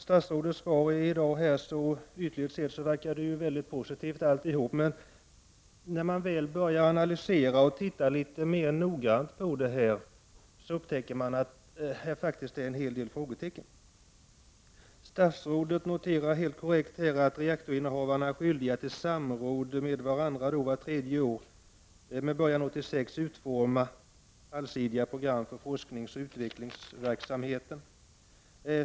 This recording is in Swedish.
Statsrådets svar här i dag verkar ytligt sett mycket positivt, men när man tittar litet mer noggrant på det och analyserar det upptäcker man att det faktiskt finns en hel del frågetecken. Statsrådet noterar helt korrekt att reaktorinnehavarna är skyldiga att i samråd med varandra vart tredje år med början 1986 utforma ett allsidigt program för forskningsoch utvecklingsverksamheten.